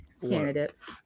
candidates